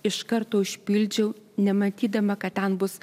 iš karto užpildžiau nematydama kad ten bus